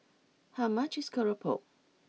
how much is keropok